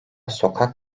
sokak